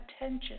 attention